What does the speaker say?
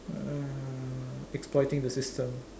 uh exploiting the system uh